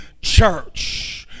church